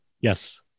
Yes